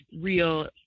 real